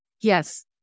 Yes